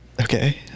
okay